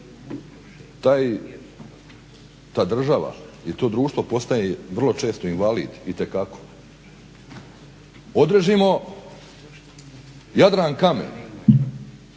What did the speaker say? ta država ili to društvo postaje vrlo često invalid itekako. Odrežimo Jadrankamen,